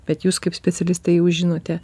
bet jūs kaip specialistai jau žinote